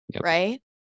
right